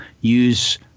use